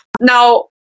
now